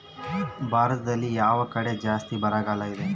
ಭಾರತದಲ್ಲಿ ಯಾವ ಕಡೆ ಜಾಸ್ತಿ ಬರಗಾಲ ಇದೆ?